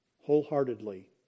wholeheartedly